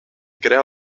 crea